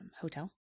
hotel